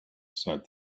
said